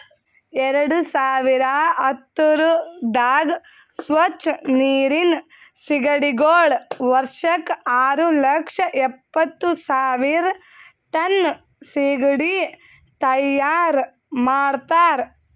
ಎರಡು ಸಾವಿರ ಹತ್ತುರದಾಗ್ ಸ್ವಚ್ ನೀರಿನ್ ಸೀಗಡಿಗೊಳ್ ವರ್ಷಕ್ ಆರು ಲಕ್ಷ ಎಪ್ಪತ್ತು ಸಾವಿರ್ ಟನ್ ಸೀಗಡಿ ತೈಯಾರ್ ಮಾಡ್ತಾರ